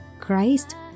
Christ